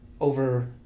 over